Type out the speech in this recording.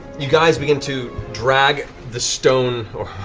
you guys begin to drag the stone, or